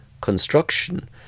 construction